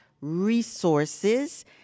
resources